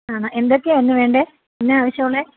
ആണോ എന്തൊക്കെ ആയിരുന്നു വേണ്ടത് എന്നാ ആവശ്യമുള്ളത്